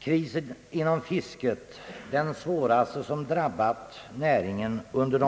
Krisen inom fisket, som är den svåraste som drabbat näringen under